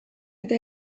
eta